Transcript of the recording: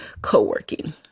Coworking